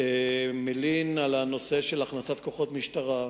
שמלין על הנושא של הכנסת כוחות משטרה: